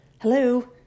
Hello